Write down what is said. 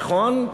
נכון,